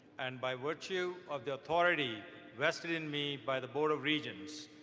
and by virtue of the authority vested in me by the board of regents,